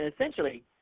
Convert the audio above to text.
essentially